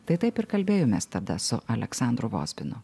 tai taip ir kalbėjomės tada su aleksandru vozbinu